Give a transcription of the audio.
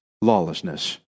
lawlessness